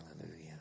Hallelujah